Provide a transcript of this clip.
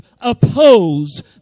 oppose